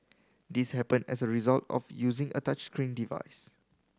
this happened as a result of using a touchscreen device